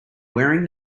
wearing